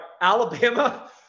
Alabama